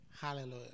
hallelujah